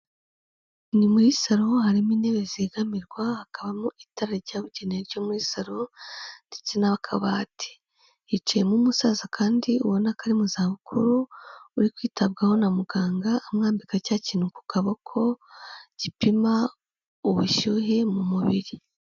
Ni muri saro harimo intebe zegamirwa, hakabamo itara ryabugenewe ryo muri saro ndetse n'akabati. Hicayemo umusaza kandi ubona ko ari mu zabukuru, uri kwitabwaho na muganga amwambika cya kintu ku kaboko gipima ubushyuhe mu mubiri.